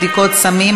בדיקות סמים),